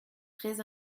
très